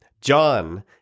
John